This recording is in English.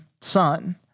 son